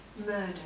murder